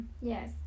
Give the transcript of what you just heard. Yes